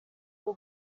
bwo